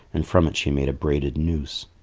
and from it she made a braided noose.